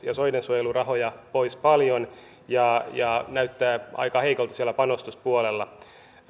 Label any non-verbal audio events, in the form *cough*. *unintelligible* ja soidensuojelurahoja pois paljon ja ja näyttää aika heikolta siellä panostuspuolella